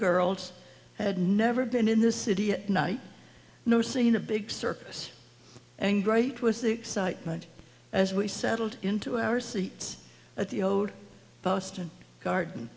girls had never been in the city at night no seen a big circus and great was the excitement as we settled into our seats at the old boston garden